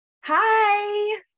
Hi